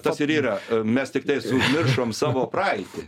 tas ir yra mes tiktais užmiršom savo praeitį